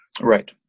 Right